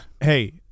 hey